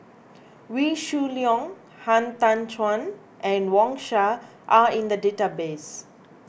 Wee Shoo Leong Han Tan Juan and Wang Sha are in the database